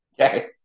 Okay